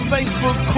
Facebook